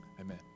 Amen